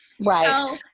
Right